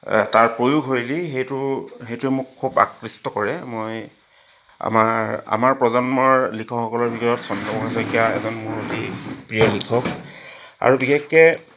তাৰ প্ৰয়োগ হয়গৈ সেইটো সেইটো মোক খুব আকৃষ্ট কৰে মই আমাৰ আমাৰ প্ৰজন্মৰ লিখকসকলৰ ভিতৰত চন্দ্ৰপ্ৰসাদ শইকীয়া এটা মোৰ অতি প্ৰিয় লিখক আৰু বিশেষকৈ